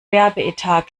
werbeetat